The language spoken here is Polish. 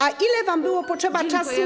A ile wam było potrzeba czasu na.